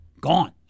Gone